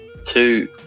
Two